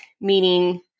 meaning